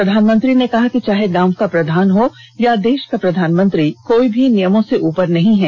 प्रधानमंत्री ने कहा कि चाहे गांव का प्रधान हो या देश का प्रधानमंत्री कोई भी नियमों से उपर नहीं है